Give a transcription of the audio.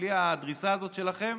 בלי הדריסה הזאת שלכם,